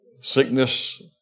Sickness